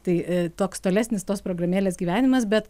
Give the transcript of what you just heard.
tai toks tolesnis tos programėlės gyvenimas bet